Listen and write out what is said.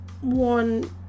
one